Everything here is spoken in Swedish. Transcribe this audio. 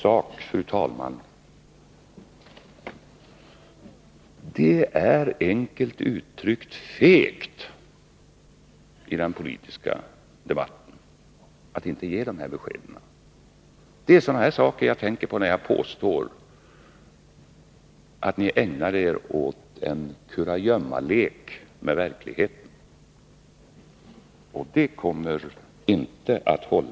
Rakt på sak: Det är enkelt uttryckt fegt i den politiska debatten att inte ge dessa besked. Det är sådana här saker jag tänker på när jag påstår att ni ägnar er åt en kurragömmalek med verkligheten. Det kommerinte att hålla.